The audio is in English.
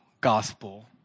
gospel